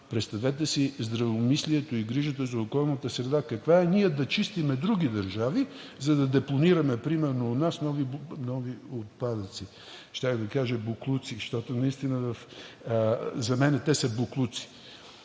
представете си здравомислието и грижата за околната среда каква е – ние да чистим други държави, за да депонираме, примерно, у нас нови отпадъци. Щях да кажа „боклуци“, защото наистина за мен те са боклуци.